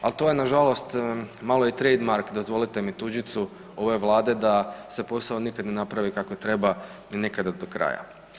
Ali to je nažalost malo i trademark, dozvolite mi tuđicu, ove Vlade da se posao nikad ne napravi kako treba i nikada do kraja.